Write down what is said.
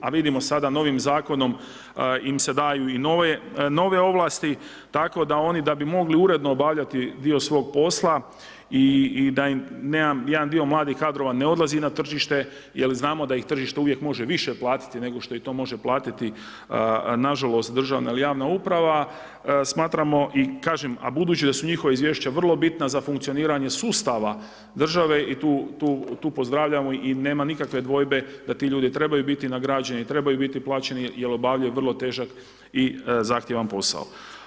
A vidimo sada novim zakonom im se daju i nove ovlasti, tako da oni da bi mogli uredno obavljati dio svog posla i da im jedan dio mladih kadrova ne odlazi na tržište, jer znamo da ih tržište uvijek može više platiti nego što ih to može platiti nažalost državna ili javna uprava, smatramo i kažem, a budući da su njihova izvješća vrlo bitna za funkcioniranje sustava države i tu pozdravljamo i nema nikakve dvojbe da ti ljudi trebaju biti nagrađeni i trebaju biti plaćeni jer obavljaju vrlo težak i zahtjevan posao.